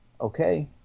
okay